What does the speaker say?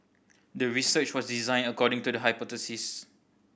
the research was designed according to the hypothesis